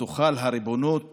תוחל הריבונות